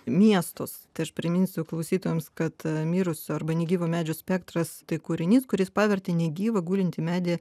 miestus tai aš priminsiu klausytojams kad mirusio arba negyvo medžio spektras tai kūrinys kuris pavertė negyvą gulintį medį